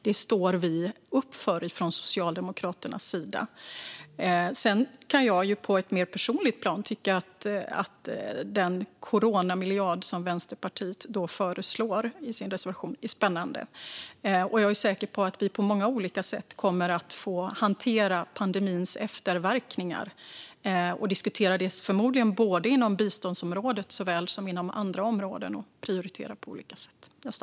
Det står Socialdemokraterna upp för. På ett mer personligt plan kan jag tycka att den coronamiljard som Vänsterpartiet föreslår i sin reservation är spännande. Jag är säker på att vi på många olika sätt kommer att få hantera och diskutera pandemins efterverkningar, förmodligen såväl inom biståndsområdet som inom andra områden och prioritera på olika sätt.